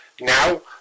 Now